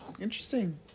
Interesting